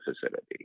facility